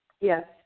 Yes